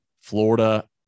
Florida